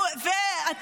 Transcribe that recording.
שבע עיניים,